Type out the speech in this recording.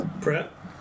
Prep